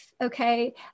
Okay